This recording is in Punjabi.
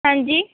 ਹਾਂਜੀ